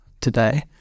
today